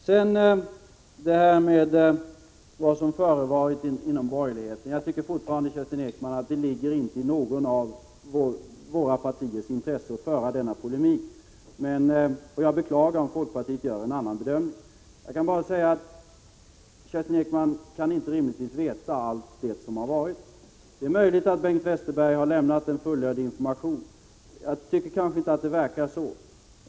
Beträffande vad som förevarit inom borgerligheten: Jag tycker fortfarande, Kerstin Ekman, att det inte ligger i något av våra partiers intresse att föra denna polemik, och jag beklagar om folkpartiet gör en annan bedömning. Jag kan bara säga: Kerstin Ekman kan inte rimligtvis veta allt som har förevarit. Det är möjligt att Bengt Westerberg har lämnat en fullödig information, men jag tycker kanske inte att det verkar så.